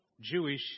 Jewish